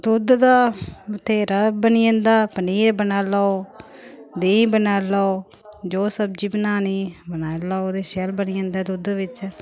दुद्ध दा बत्हेरा बनी जंदा पनीर बनाई लाओ देहीं बनाई लाओ जो सब्जी बनानी बनाई लाओ ते शैल बनी जंदा दुद्ध बिच